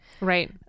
Right